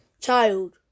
child